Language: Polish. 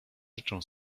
życzę